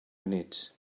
units